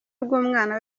rw’umwana